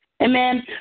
Amen